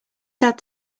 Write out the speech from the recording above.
had